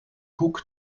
koek